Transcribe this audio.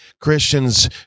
Christians